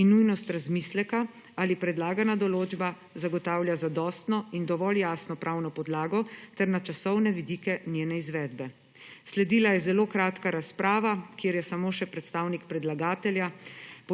in nujnost razmisleka, ali predlagana določba zagotavlja zadostno in dovolj jasno pravno podlago ter na časovne vidike njene izvedbe. Sledila je zelo kratka razprava, kjer je samo še predstavnik predlagatelja